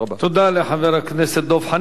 תודה לחבר הכנסת דב חנין.